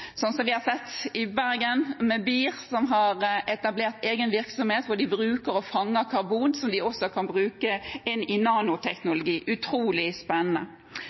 Bergen, med BIR, som har etablert egen virksomhet hvor de fanger karbon som de også kan bruke inn i nanoteknologi, er utrolig spennende.